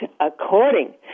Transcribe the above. according